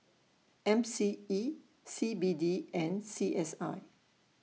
M C E C B D and C S I